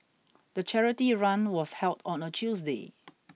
the charity run was held on a Tuesday